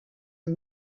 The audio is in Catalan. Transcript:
amb